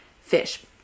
fish